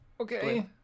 Okay